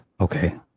Okay